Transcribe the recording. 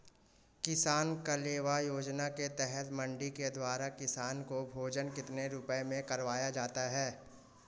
किसान कलेवा योजना के तहत मंडी के द्वारा किसान को भोजन कितने रुपए में करवाया जाता है?